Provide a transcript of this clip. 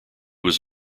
was